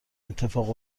اتفاق